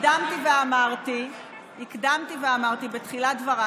הקדמתי ואמרתי בתחילת דבריי,